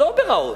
לא ברעות,